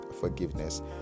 forgiveness